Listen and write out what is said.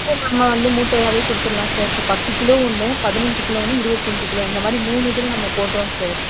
sir இப்போ நம்ம வந்து மூட்டையாவே கொடுத்துட்லாம் சார் இப்போ பத்து கிலோ ஒன்று பதினஞ்சு கிலோ ஒன்று இருபத்தஞ்சி கிலோ இந்த மாதிரி மூணு இதில் நம்ம போடுறோம் சார்